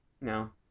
No